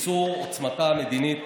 לביצור עוצמתה המדינית,